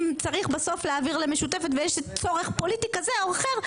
אם צריך בסוף להעביר למשותפת ויש צורך פוליטי כזה או אחר,